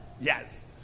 Yes